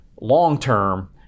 long-term